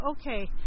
okay